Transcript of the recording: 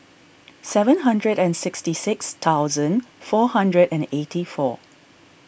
seven hundred and sixty six thousand four hundred and eighty four